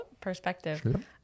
perspective